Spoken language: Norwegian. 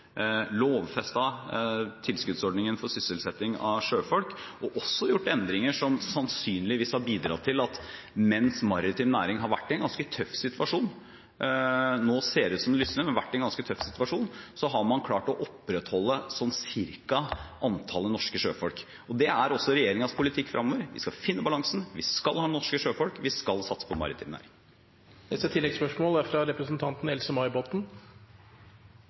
tilskuddsordningen for sysselsetting av sjøfolk og gjort endringer som sannsynligvis har bidratt til at mens maritim næring har vært i en ganske tøff situasjon – nå ser det ut til at det lysner – har man klart å opprettholde sånn cirka antallet norske sjøfolk. Det er også regjeringens politikk fremover. Vi skal finne balansen, vi skal ha norske sjøfolk, og vi skal satse på maritim